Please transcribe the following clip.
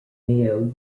mayo